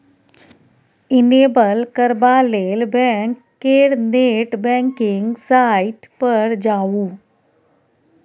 enable करबा लेल bank केर नेट बैंकिंग साइट पर जाउ